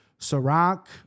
Sarak